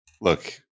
look